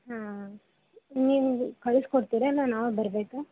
ಹಾಂ ನೀವು ಇದು ಕಳ್ಸಿಕೊಡ್ತೀರಾ ಇಲ್ಲಾ ನಾವೇ ಬರಬೇಕಾ